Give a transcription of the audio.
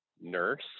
nurse